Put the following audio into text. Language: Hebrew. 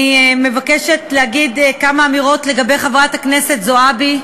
אני מבקשת להגיד כמה אמירות לגבי חברת הכנסת זועבי.